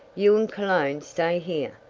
you and cologne stay here,